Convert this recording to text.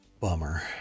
bummer